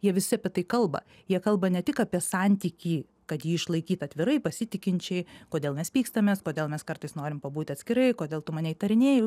jie visi apie tai kalba jie kalba ne tik apie santykį kad jį išlaikyt atvirai pasitikinčiai kodėl mes pykstamės kodėl mes kartais norim pabūti atskirai kodėl tu mane įtarinėji